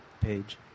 page